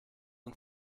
und